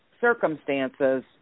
circumstances